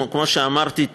כמו שאמרתי,